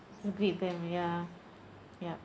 greet them ya yup